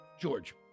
George